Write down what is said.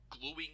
gluing